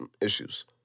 issues